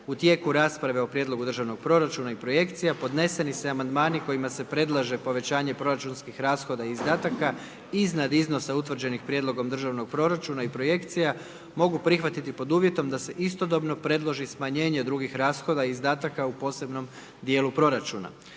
U tijeku rasprave o Prijedlogu državnog proračuna i projekcija, podneseni se amandmani kojima se predlaže povećanje proračunskih rashoda i izdataka, iznad iznosa utvrđenih Prijedlogom državnog proračuna i projekcija, mogu prihvatiti pod uvjetom da se istodobno predloži smanjenje drugih rashoda i izdataka u posebnom dijelu proračuna.